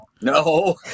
No